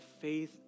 faith